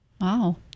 Wow